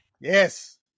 Yes